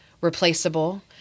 replaceable